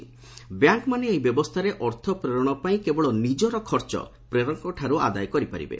କେବଳ ବ୍ୟାଙ୍କମାନେ ଏହି ବ୍ୟବସ୍ଥାରେ ଅର୍ଥ ପ୍ରେରଣ ପାଇଁ କେବଳ ଖର୍ଚ୍ଚ ପ୍ରେରକଙ୍କଠାରୁ ଆଦାୟ କରିପାରିବେ